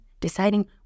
deciding